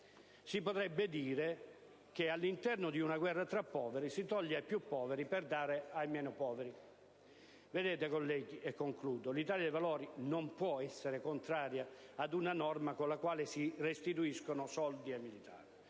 Si potrebbe dire che, all'interno di una guerra tra poveri, si toglie ai più poveri per dare ai meno poveri. Vedete, colleghi, e concludo, l'Italia dei Valori non può essere contraria ad una norma con la quale si restituiscono soldi ai militari,